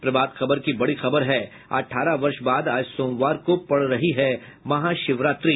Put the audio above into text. प्रभात खबर की बड़ी खबर है अठारह वर्ष बाद आज सोमवार को पड़ रही महाशविरात्रि